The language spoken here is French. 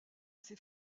ses